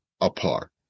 apart